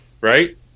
Right